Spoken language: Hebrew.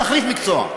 תחליף מקצוע.